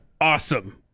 awesome